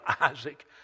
Isaac